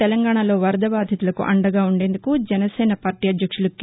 తెలంగాణలో వరద బాధితులకు అండగా ఉండేదుకు జనసేన అధ్యక్షులు కె